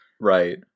Right